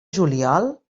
juliol